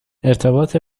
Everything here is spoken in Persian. ارتباط